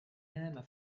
murmur